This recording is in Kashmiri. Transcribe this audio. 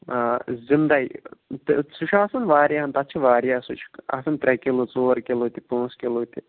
آ زِنٛدٕے تہٕ سُہ چھُ آسان واریاہ تتھ چھِ واریاہ سُہ چھُ آسان ترٛےٚ کِلوٗ ژور کِلوٗ تہِ پانٛژھ کِلوٗ تہِ